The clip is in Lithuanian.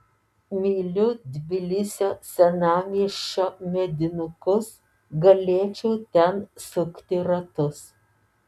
myliu tbilisio senamiesčio medinukus galėčiau ten sukti ratus